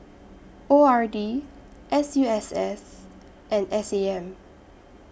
O R D S U S S and S A M